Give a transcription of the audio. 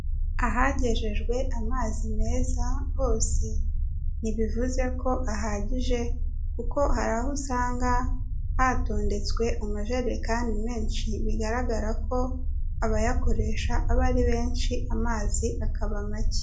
Ahagejejwe amazi meza hose, ntibivuze ko ahagije kuko hari aho usanga hatondetswe amajerekani menshi bigaragara ko abayakoresha aba ari benshi, amazi akaba make.